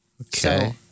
Okay